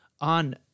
on